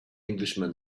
englishman